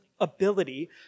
ability